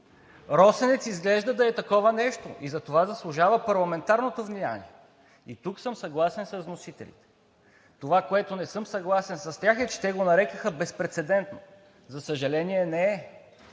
„Росенец“ изглежда да е такова нещо и затова заслужава парламентарното внимание, и тук съм съгласен с вносителите. Това, с което не съм съгласен с тях, е, че те го нарекоха безпрецедентно, а за съжаление, не е.